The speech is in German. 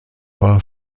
war